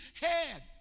head